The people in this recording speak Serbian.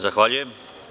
Zahvaljujem.